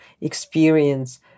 experience